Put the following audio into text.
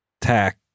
tack